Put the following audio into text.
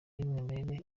y’umwimerere